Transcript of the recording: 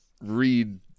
read